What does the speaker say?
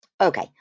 Okay